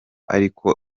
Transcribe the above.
ariko